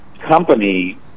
company